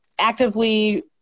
actively